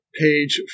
page